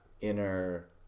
inner